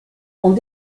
ont